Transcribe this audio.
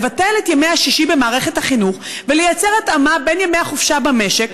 לבטל את ימי השישי במערכת החינוך ולייצר התאמה בין ימי החופשה במשק,